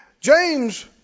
James